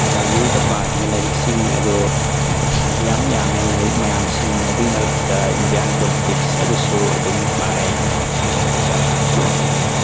ꯂꯥꯏꯕ꯭ꯔꯦꯔꯤꯗ ꯄꯥꯈꯤꯕ ꯂꯥꯏꯔꯤꯛꯁꯤꯡ ꯑꯗꯨꯒꯤ ꯌꯥꯝ ꯌꯥꯝꯃꯦ ꯂꯥꯏꯔꯤꯛ ꯃꯌꯥꯝꯁꯤꯡ ꯑꯗꯨꯏ ꯃꯔꯛꯇ ꯏꯟꯗꯤꯌꯥꯟ ꯄꯣꯂꯤꯇꯤꯛꯁ ꯑꯗꯨꯁꯨ ꯑꯗꯨꯝ ꯄꯥꯏ ꯑꯗꯨꯗꯨꯒ ꯑꯩꯈꯣꯏꯒꯤ